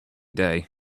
day